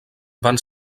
van